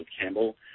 Campbell